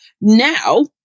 now